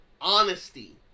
honesty